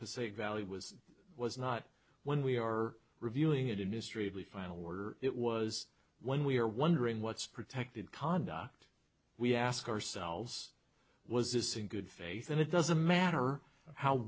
passaic valley was was not when we are reviewing it in history of the final order it was when we're wondering what's protected conduct we ask ourselves was this in good faith and it doesn't matter how